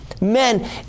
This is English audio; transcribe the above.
men